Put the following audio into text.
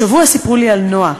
השבוע סיפרו לי על נועה,